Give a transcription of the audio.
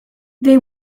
they